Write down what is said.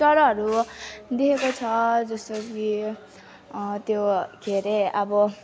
चराहरू देखेको छ जस्तो कि त्यो के अरे अब